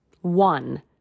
One